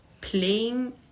playing